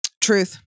Truth